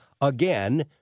again